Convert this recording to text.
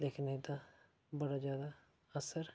लेकिन एह्दा बड़ा जैदा असर